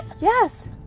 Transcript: yes